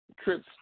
trips